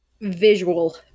visual